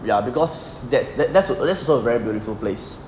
ya because that's the that's what also a very beautiful place